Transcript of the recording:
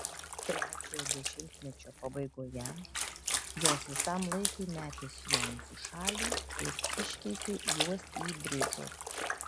trečiojo dešimtmečio pabaigoje jos visam laikui metė sijonus į šalį ir iškeitė juos į bridžus